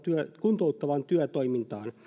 kuntouttavaan työtoimintaan